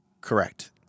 Correct